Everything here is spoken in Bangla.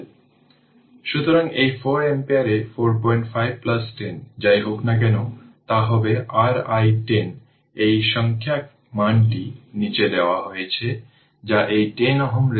সুতরাং এই 4 অ্যাম্পিয়ারে 45 10 যাই হোক না কেন তা হবে r i 10 এই সাংখ্যিক মানটি নীচে দেওয়া হয়েছে যা এই 10 Ω রেজিস্ট্যান্সের মাধ্যমে r